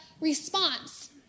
response